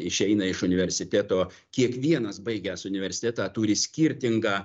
išeina iš universiteto kiekvienas baigęs universitetą turi skirtingą